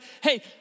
hey